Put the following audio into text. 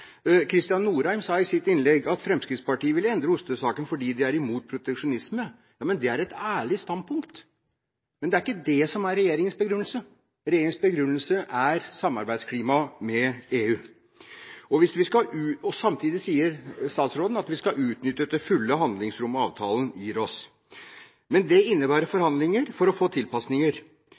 Kristian Norheim sa i sitt innlegg at Fremskrittspartiet ville endre ostesaken fordi de er imot proteksjonisme. Det er et ærlig standpunkt. Men det er ikke det som er regjeringens begrunnelse. Regjeringens begrunnelse er samarbeidsklimaet i forhold til EU. Samtidig sier statsråden at vi skal utnytte til fulle handlingsrommet avtalen gir oss. Men det innebærer forhandlinger for å få tilpasninger.